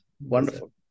wonderful